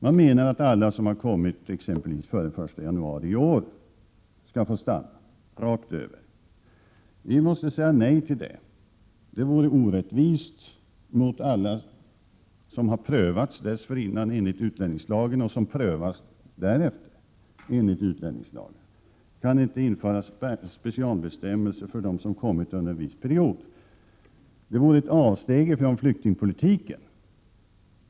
Det menas att alla asylsökande som kommit exempelvis före den 1 januari i år skall få stanna. Vi måste säga nej till det. Det vore orättvist mot alla vilkas fall prövats enligt utlänningslagen dessförinnan och mot dem vars fall prövas senare. Vi kan inte införa specialbestämmelser för dem som kommit under en viss period. Det vore ett avsteg från vår flyktingpolitik.